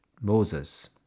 Moses